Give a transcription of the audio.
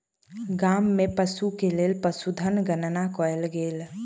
गाम में पशु के लेल पशुधन गणना कयल गेल